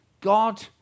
God